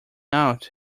out